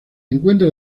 encuentra